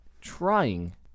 Trying